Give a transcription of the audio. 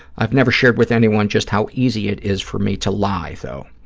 i've never shared with anyone just how easy it is for me to lie, though.